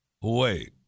Wait